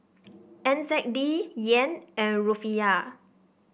N Z D Yen and Rufiyaa